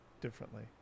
differently